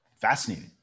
Fascinating